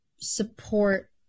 support